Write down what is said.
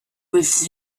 with